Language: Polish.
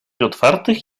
otwartych